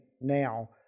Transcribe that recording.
now